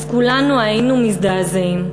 אז כולנו היינו מזדעזעים.